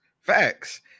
facts